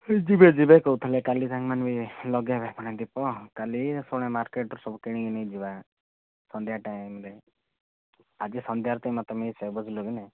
ଯିବେ ଯିବେ କହୁଥିଲେ କାଲି ତାଙ୍କମାନେ ବି ଲଗାଇବା ପାଇଁ ଦୀପ କାଲି ପୁଣି ମାର୍କେଟରୁ ସବୁ କିଣିକି ନେଇକି ଯିବା ସନ୍ଧ୍ୟା ଟାଇମ୍ରେ ଆଜି ସନ୍ଧ୍ୟାରେ ତୁ ମୋତେ ମିଶେ ବୁଝିଲୁକି ନାହିଁ